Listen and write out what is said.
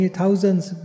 thousands